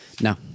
No